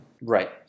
Right